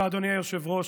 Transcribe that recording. אדוני היושב-ראש.